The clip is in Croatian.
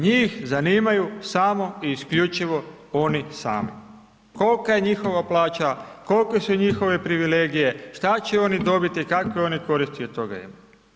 Njih zanimaju samo i isključivo oni sami, kolika je njihova plaća, kolike su njihove privilegije, šta će oni dobiti i kakve oni koristi od toga imaju.